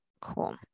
cool